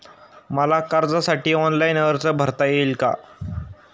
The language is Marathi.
मला कर्जासाठी ऑनलाइन अर्ज भरता येईल का?